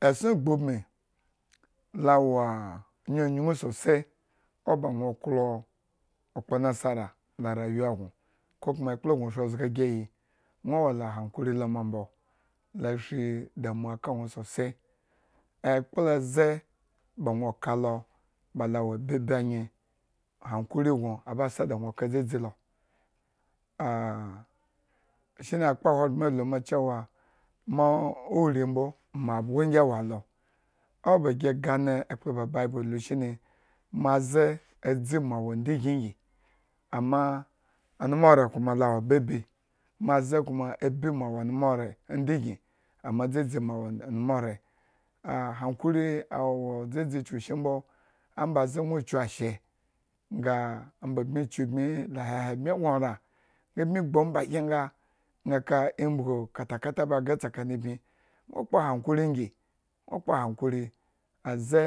Esson ugbin ubin la wa nyunyun sosai, oba nwo klo okpo nasara la rayuwa nwo ko kuma ekplo gno shi ʒga agiyin, gno wo la hankuri ma mbo la shi damuwa aka nwo sosai. Ekplo ʒe ba gno kalo ba lo wo babi anye, hankuri nwo aba sa da gno ka dʒeʒi lo, ashine akpa ahogbren alu cewa ma mo ori mbo mabgogi a wo alo. O bagi gane ekplo ba bible alu shine maʒe adʒi mo awo adigni igi, amma omnurekuma lawo babii maʒe kuma abii mo awo omnure adgni, amma adʒeʒi mo awo omnure- a-hankuri awo dʒeʒi chuku shi mbo, amba ʒe nwo chu ashe nga, omba bmi chu bmi cahehe bmi nwo ra nga bmi egbu omba kyen nga bmi ka embug kata-kata aba gye tsakani bmi okpa hankuri gi, nwo kpo hankuri aʒe